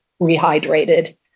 rehydrated